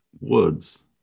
woods